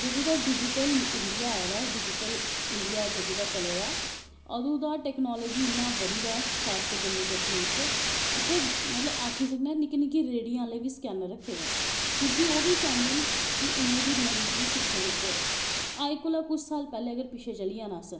जदूं दा digital India आए दा जदू दा डिजटल इंडियां चले दा अदू दा टैकनॉलजी इन्ना बधी दा खासकर जम्मू कस्मीर च इत्थें आक्खी सकनें आं कि निक्की निक्की रेह्ड़ियें आह्लें बी स्कैन्नर रक्खे दे न क्योंकि ओह् बी चांह्दे न कि उनोेंगी बी नमीं चीज़ सिक्खनें गी लब्भै अज्ज कोला दा पैह्लैं कुश साल पैह्लैं चली जान अस